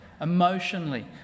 emotionally